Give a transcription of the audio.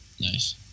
Nice